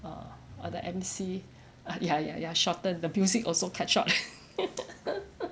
uh or the emcee ya ya ya shorten the music also cut short